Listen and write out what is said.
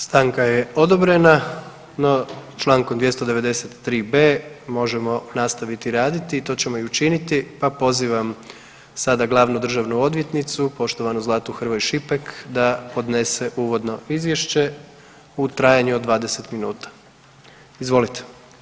Stanka je odobrena, no Člankom 293b. možemo nastaviti raditi i to ćemo učiniti pa pozivam sada glavnu državnu odvjetnicu, poštovanu Zlatu Hrvoj Šipek da podnese uvodno izvješće u trajanju od 20 minuta, izvolite.